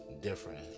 different